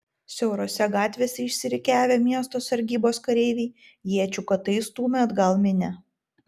siaurose gatvėse išsirikiavę miesto sargybos kareiviai iečių kotais stūmė atgal minią